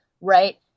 right